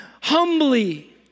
humbly